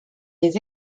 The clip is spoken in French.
des